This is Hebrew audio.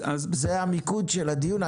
זה המיקוד של הדיון.